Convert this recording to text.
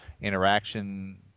interaction